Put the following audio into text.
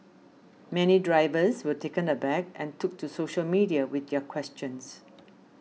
many drivers were taken aback and took to social media with their questions